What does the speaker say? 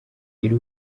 gira